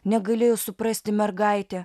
negalėjo suprasti mergaitė